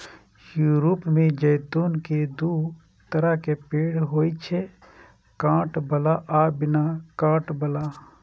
Europe मे जैतून के दू तरहक पेड़ होइ छै, कांट बला आ बिना कांट बला